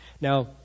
Now